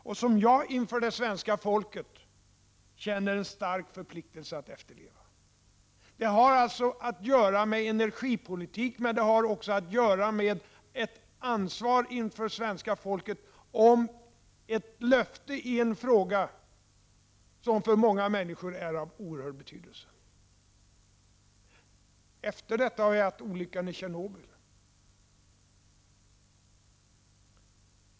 Jag känner en stark förpliktelse att inför det svenska folket efterleva överenskommelsen. Det har att göra med att energipolitiken, men det har också att göra med ett ansvar inför svenska folket när det gäller ett löfte i en fråga som för många människor är av oerhört stor betydelse. Efter detta har vi haft olyckan i Tjernobyl.